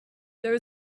there